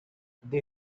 they